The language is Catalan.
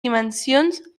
dimensions